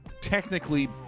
technically